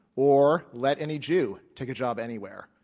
or let any jew take a job anywhere,